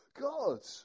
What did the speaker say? God